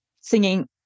singing